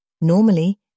Normally